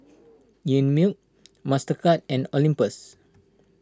Einmilk Mastercard and Olympus